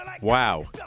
wow